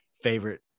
favorite